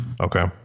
okay